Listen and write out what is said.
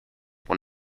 one